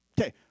Okay